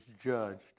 judged